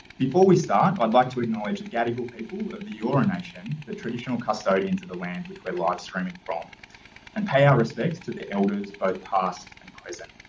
before we start, i'd like to acknowledge the gadigal people of the eora nation, the traditional custodians of the land which we're live streaming from and pay our respects to the elders both past and present.